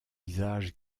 visage